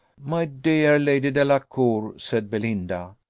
my dear lady delacour, said belinda,